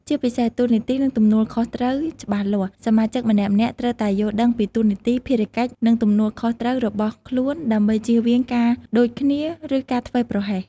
ជាពិសេស តួនាទី និងទំនួលខុសត្រូវច្បាស់លាស់ សមាជិកម្នាក់ៗត្រូវតែយល់ដឹងពីតួនាទី ភារកិច្ច និងទំនួលខុសត្រូវរបស់ខ្លួន ដើម្បីជៀសវាងការដូចគ្នា ឬការធ្វេសប្រហែស។